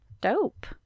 Dope